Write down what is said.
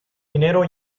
minero